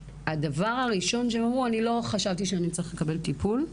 הדבר הראשון שהם אמרו: לא חשבתי שאני צריך לקבל טיפול.